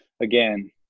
Again